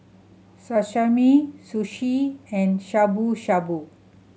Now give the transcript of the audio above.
Sashimi Sushi and Shabu Shabu